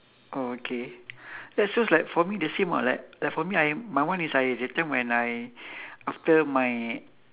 oh okay that's just like for me the same what like like for me I'm my one is I that time when I after my